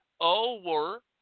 over